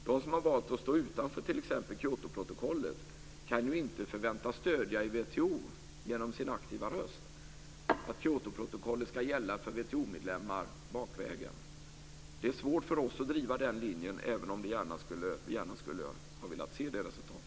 De som har valt att stå utanför t.ex. Kyotoprotokollet kan ju inte förväntas stödja i WTO genom sin aktiva röst att Kyotoprotokollet ska gälla för WTO-medlemmar bakvägen. Det är svårt för oss att driva den linjen, även om vi gärna skulle ha velat se det resultatet.